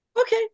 Okay